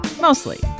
Mostly